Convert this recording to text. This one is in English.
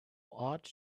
ought